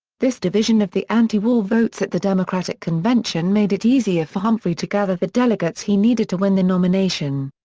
this division of the anti-war votes at the democratic convention made it easier for humphrey to gather the delegates he needed to win the nomination.